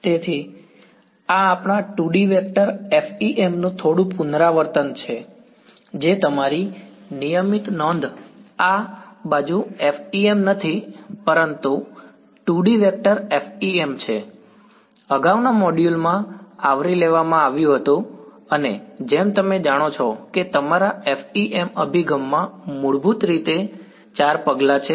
તેથી આ આપણા 2D વેક્ટર FEM નું થોડું પુનરાવર્તન છે જે તમારી નિયમિત નોંધ આ બાજુ FEM નથી પરંતુ 2D વેક્ટર FEM એ છે અગાઉના મોડ્યુલ માં આવરી લેવામાં આવ્યું હતું અને જેમ તમે જાણો છો કે તમારા FEM અભિગમમાં મૂળભૂત રીતે ચાર પગલાં છે